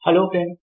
hello friends